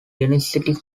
university